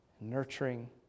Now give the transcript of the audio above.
nurturing